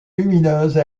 lumineuse